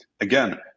again